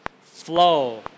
flow